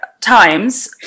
times